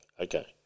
Okay